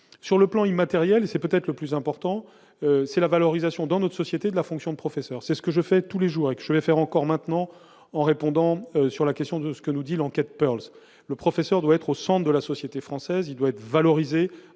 sur le plan immatériel, c'est peut-être le plus important c'est la valorisation dans notre société de la fonction de professeur, c'est ce que je fais tous les jours et que je vais faire encore maintenant en répondant sur la question de ce que nous dit l'enquête Pearl, le professeur doit être au centre de la société française, il doit être valorisé